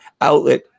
outlet